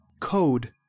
code